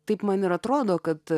taip man ir atrodo kad